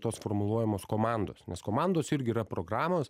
tos formuluojamos komandos nes komandos irgi yra programos